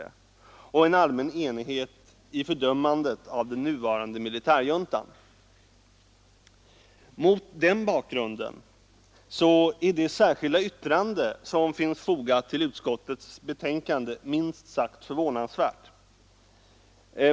Jag tror också att det finns en allmän enighet i fördömandet av den nuvarande militärjuntan. Därför är det särskilda yttrande som är fogat till utskottets betänkande minst sagt förvånansvärt.